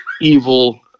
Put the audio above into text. evil